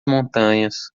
montanhas